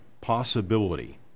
Possibility